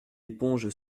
éponge